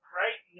right